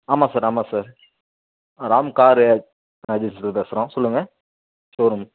ஆமாம் சார் ஆமாம் sir Ram car ஏஜென்சிலேருந்து பேசுகிறோம் சொல்லுங்கள் ஷோரூம்